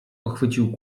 pochwycił